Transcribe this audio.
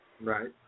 Right